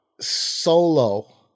solo